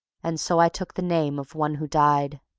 and so i took the name of one who died,